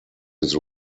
his